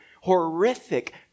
horrific